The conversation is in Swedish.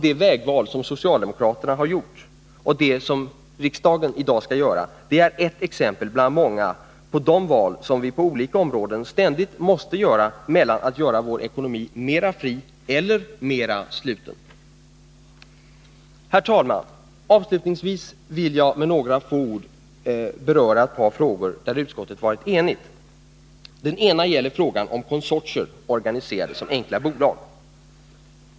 Det vägval som socialdemokraterna har gjort och det som riksdagen i dag skall göra är ett exempel bland många på de val som vi på olika områden ständigt måste träffa mellan att göra vår ekonomi mera fri eller att göra den mera sluten. Herr talman! Avslutningsvis vill jag med några få ord beröra ett par frågor där utskottet varit enigt. Den ena gäller frågan om konsortier organiserade som enkla bolag.